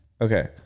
Okay